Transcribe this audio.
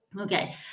Okay